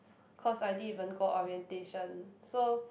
cause I didn't even go orientation so